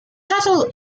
total